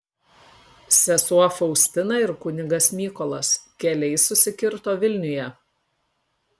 sesuo faustina ir kunigas mykolas keliai susikirto vilniuje